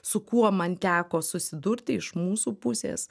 su kuo man teko susidurti iš mūsų pusės